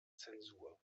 zensur